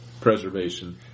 preservation